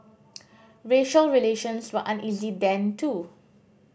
racial relations were uneasy then too